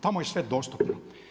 Tamo je sve dostupno.